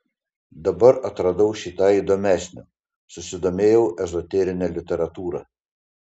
dabar atradau šį tą įdomesnio susidomėjau ezoterine literatūra